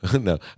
no